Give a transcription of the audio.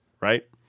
right